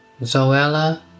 Zoella